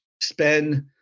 spend